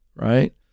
right